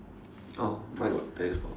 oh mine got tennis balls